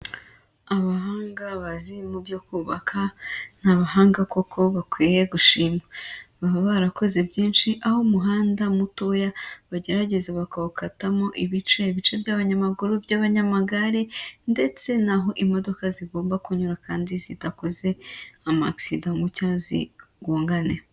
Abahanga bazi mu byo kubaka ni abahanga koko bakwiye gushimwa, baba barakoze byinshi aho umuhanda mutoya bagerageza bagawukatamo ibice, bice by'abanyamaguru, by'abanyamagare ndetse n'aho imodoka zigomba kunyura kandi zidakoze amagisida ngo cyangwa zigongane.